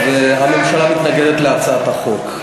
בדקתי, הממשלה מתנגדת להצעת החוק.